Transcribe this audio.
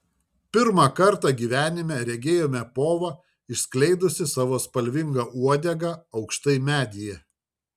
pirmą kartą gyvenime regėjome povą išskleidusį savo spalvingą uodegą aukštai medyje